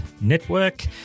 Network